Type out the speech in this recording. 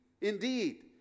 indeed